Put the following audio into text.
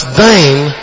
thine